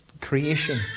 creation